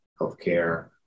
healthcare